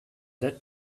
that